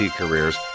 careers